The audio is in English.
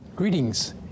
Greetings